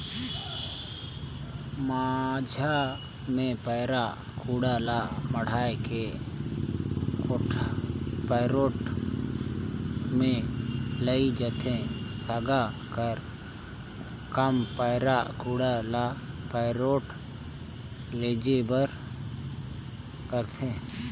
माझा मे पैरा कुढ़ा ल मढ़ाए के पैरोठ मे लेइजथे, सागा कर काम पैरा कुढ़ा ल पैरोठ लेइजे बर करथे